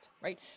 Right